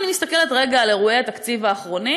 אני מסתכלת על אירועי התקציב האחרונים